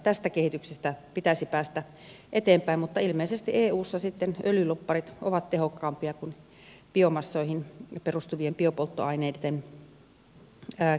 tästä kehityksestä pitäisi päästä eteenpäin mutta ilmeisesti eussa sitten öljylobbarit ovat tehokkaampia kuin biomassoihin perustuvien biopolttoaineitten kehittäjät